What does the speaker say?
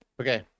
Okay